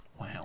Wow